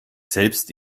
selbst